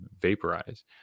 vaporize